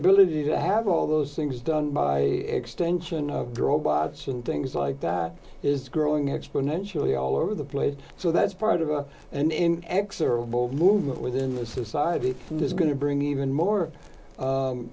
ability to have all those things done by extension robots and things like that is growing exponentially all over the place so that's part of and in x or movement within the society is going to bring even more